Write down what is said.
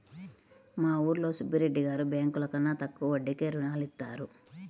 మా ఊరిలో సుబ్బిరెడ్డి గారు బ్యేంకుల కన్నా తక్కువ వడ్డీకే రుణాలనిత్తారు